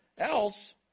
Else